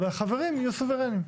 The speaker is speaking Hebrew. אבל החברים יהיו סוברניים.